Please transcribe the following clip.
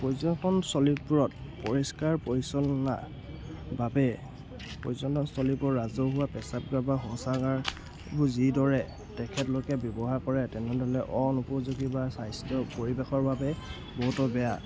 পৰ্যটন স্থলীবোৰত পৰিষ্কাৰ পৰিচালনা বাবে পৰ্যটন স্থলীবোৰ ৰাজহুৱা প্ৰস্ৰাবগাৰ বা শৌচাগাৰবোৰ যিদৰে তেখেতলোকে ব্যৱহাৰ কৰে তেনেদৰে অনুপযোগী বা স্বাস্থ্য পৰিৱেশৰ বাবে বহুতো বেয়া